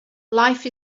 life